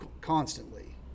constantly